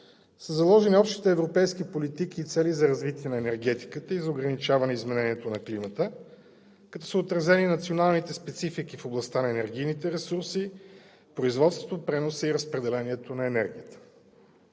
са заложени общите европейски политики и цели за развитие на енергетиката и за ограничаване изменението на климата, като са отразени националните специфики в областта на енергийните ресурси, производството, преносът и разпределението на енергията.